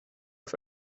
auf